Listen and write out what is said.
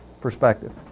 perspective